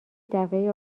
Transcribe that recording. دفعه